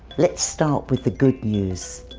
let's start with the good news.